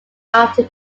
after